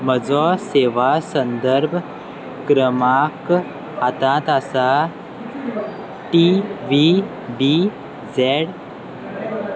म्हजो सेवा संदर्भ क्रमांक हातांत आसा टी वी बी झॅड